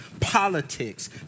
politics